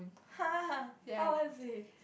!huh! how was it